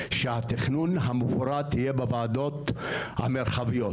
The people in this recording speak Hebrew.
שהתכנון המפורט יהיה בוועדות המרחביות.